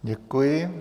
Děkuji.